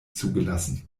zugelassen